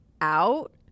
out